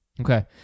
Okay